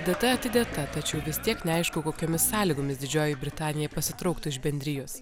data atidėta tačiau vis tiek neaišku kokiomis sąlygomis didžioji britanija pasitrauktų iš bendrijos